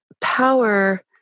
power